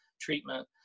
treatment